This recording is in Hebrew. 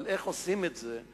אבל איך עושים את זה?